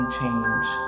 change